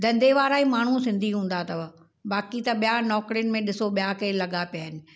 धंधे वारा ई माण्हू सिंधी हूंदा अथव बाक़ी त ॿियां नौकिरियुनि में ॾिसो ॿियां केरु लॻा पिया आहिनि